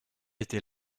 était